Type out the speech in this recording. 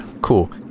Cool